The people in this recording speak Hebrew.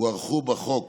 הוארכו בחוק